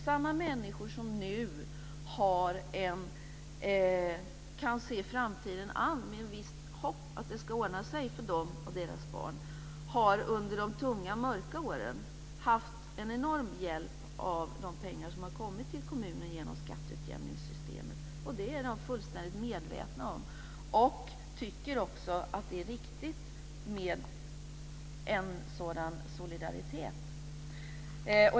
Samma människor som nu kan se framtiden an med ett visst hopp om att det ska ordna sig för dem och deras barn har under de tunga, mörka åren haft en enorm hjälp av de pengar som har kommit till kommunen genom skatteutjämningssystemet. De är fullständigt medvetna om det, och de tycker också att det är riktigt med en sådan solidaritet.